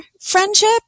friendship